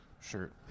shirt